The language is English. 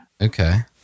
Okay